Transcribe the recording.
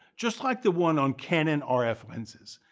just like the one on canon ah rf lenses.